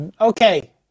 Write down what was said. okay